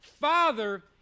Father